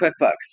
QuickBooks